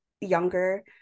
younger